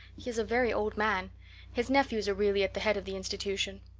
he is a very old man his nephews are really at the head of the institution.